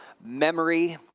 Memory